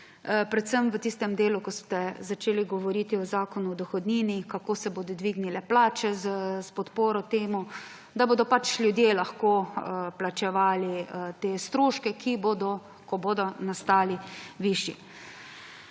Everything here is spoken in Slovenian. predvsem v tistem delu, ko ste začeli govoriti o Zakonu o dohodnini, kako se bodo dvignile plače s podporo temu, da bodo pač ljudje lahko plačevali te stroške, ki bodo, ko bodo, nastali višji.